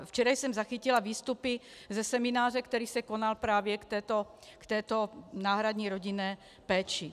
Včera jsem zachytila výstupy ze semináře, který se konal právě k této náhradní rodinné péči.